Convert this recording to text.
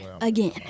Again